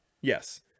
Yes